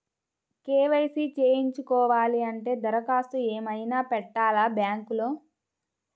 KYC చేయించుకోవాలి అంటే దరఖాస్తు ఏమయినా పెట్టాలా బ్యాంకులో?